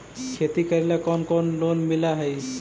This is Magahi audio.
खेती करेला कौन कौन लोन मिल हइ?